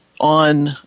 on